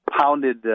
pounded